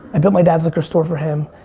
i built my dad's liquor store for him,